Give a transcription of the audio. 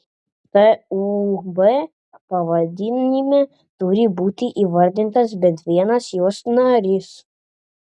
tūb pavadinime turi būti įvardintas bent vienas jos narys